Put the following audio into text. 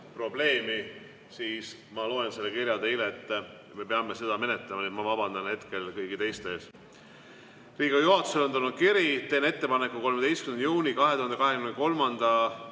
probleemi, siis ma loen selle kirja teile ette. Me peame seda menetlema, nii et ma vabandan hetkel kõigi teiste ees. Riigikogu juhatusele on tulnud kiri: "Teen ettepaneku 13. juuni 2023